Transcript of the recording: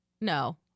No